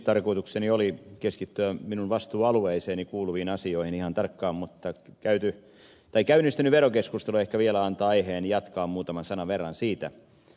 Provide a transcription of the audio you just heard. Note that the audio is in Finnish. tarkoitukseni oli keskittyä minun vastuualueeseeni kuuluviin asioihin ihan tarkkaan mutta käynnistynyt verokeskustelu ehkä vielä antaa aiheen jatkaa muutaman sanan verran siitä